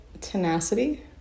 tenacity